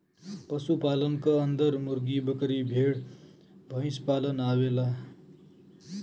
पशु पालन क अन्दर मुर्गी, बकरी, भेड़, भईसपालन आवेला